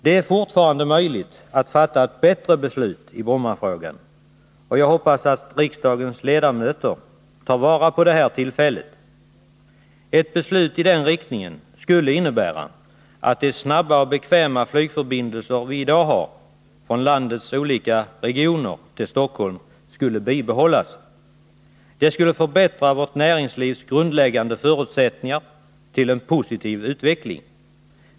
Det är fortfarande möjligt att fatta ett bättre beslut i Brommafrågan, och jag hoppas att riksdagens ledamöter tar vara på detta tillfälle. Ett beslut i den riktningen skulle innebära att de snabba och bekväma flygförbindelser som vi i dag har från landets olika regioner till Stockholm skulle bibehållas. Det skulle förbättra vårt näringslivs grundläggande förutsättningar till en positiv utveckling.